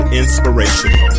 inspirational